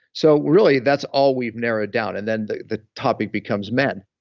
so really, that's all we've narrowed down, and then the the topic becomes men.